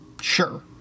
sure